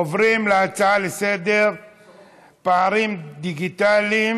עוברים להצעה לסדר-היום בנושא: פערים דיגיטליים